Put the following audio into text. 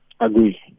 Agree